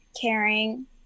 caring